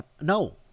No